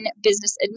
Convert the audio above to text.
Business